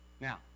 now